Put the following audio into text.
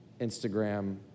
Instagram